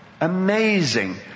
Amazing